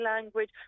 language